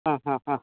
ಹಾಂ ಹಾಂ ಹಾಂ